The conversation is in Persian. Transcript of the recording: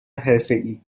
حرفهای